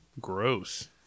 Gross